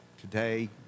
today